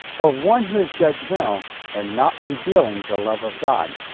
or one who is judgmental and not revealing the love of god.